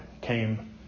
came